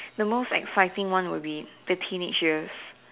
the most exciting one would be the teenage years